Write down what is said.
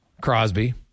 Crosby